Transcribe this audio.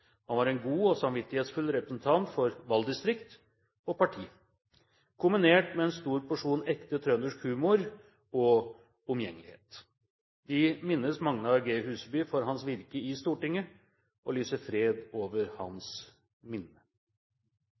Han var en god og samvittighetsfull representant for valgdistrikt og parti – kombinert med en stor porsjon ekte trøndersk humor og omgjengelighet. Vi minnes Magnar G. Huseby for hans virke i Stortinget og lyser fred over hans minne.